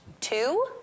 two